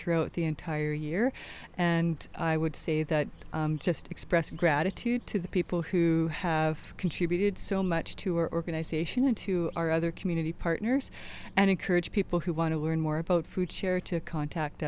throughout the entire year and i would say that just express gratitude to the people who have contributed so much to our organization and to our other community partners and encourage people who want to learn more about food share to contact